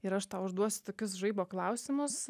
ir aš tau užduosiu tokius žaibo klausimus